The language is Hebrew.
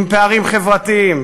עם פערים חברתיים,